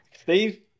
Steve